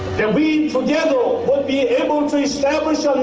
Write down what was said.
that we together would be able to establish